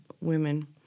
women